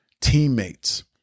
teammates